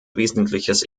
wesentliches